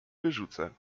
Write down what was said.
wyrzucę